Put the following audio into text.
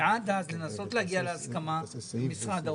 ועד אז, יש לנסות להגיע להסכמה עם משרד האוצר.